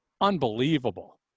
unbelievable